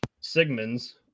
sigmund's